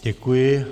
Děkuji.